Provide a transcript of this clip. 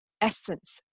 essence